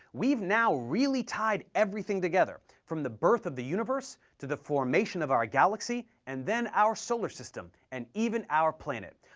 we've now really tied everything together, from the birth of the universe, to the formation of our galaxy, and then our solar system, and even our planet,